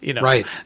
Right